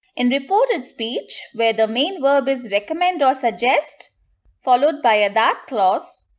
in reported speech, when the main verb is recommend or suggest followed by a that clause,